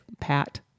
Pat